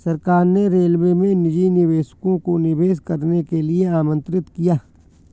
सरकार ने रेलवे में निजी निवेशकों को निवेश करने के लिए आमंत्रित किया